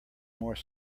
more